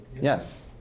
Yes